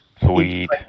Sweet